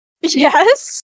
Yes